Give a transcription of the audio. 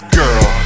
girl